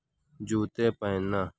جوتے پہننا